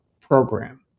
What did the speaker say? program